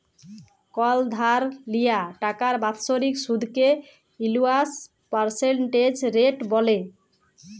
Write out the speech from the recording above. call ধার লিয়া টাকার বাৎসরিক সুদকে এলুয়াল পার্সেলটেজ রেট ব্যলে